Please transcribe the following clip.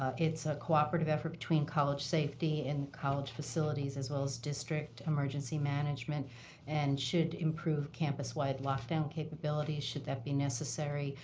it's a cooperative effort between college safety and college facilities, as well district emergency management and should improve campus-wide lockdown capabilities should that be necessary,